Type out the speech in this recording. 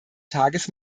tages